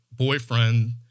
Boyfriend